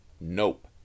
Nope